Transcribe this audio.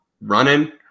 running